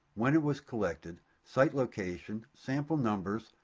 when it was collected, site location, sample numbers,